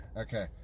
Okay